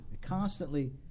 constantly